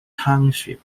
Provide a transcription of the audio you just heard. township